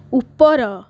ଉପର